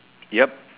yup